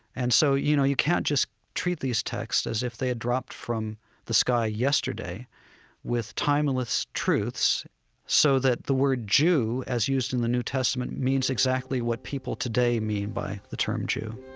and so, you know, you can't just treat these texts as if they had dropped from the sky yesterday with timeless truths so that the word jew as used in the new testament, means exactly what people today mean by the term jew